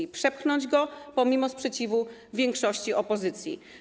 Chcecie przepchnąć go pomimo sprzeciwu większości opozycji.